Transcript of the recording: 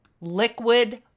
liquid